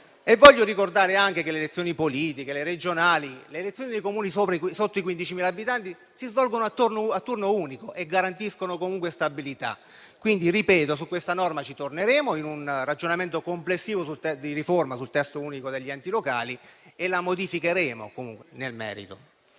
Voglio ricordare anche che le elezioni politiche, le regionali, le elezioni dei Comuni sotto i 15.000 abitanti si svolgono a turno unico e garantiscono comunque stabilità. Quindi ripeto che su questa norma torneremo, in un ragionamento complessivo di riforma del testo unico degli enti locali, e la modificheremo nel merito.